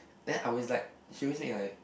then I always like she always make like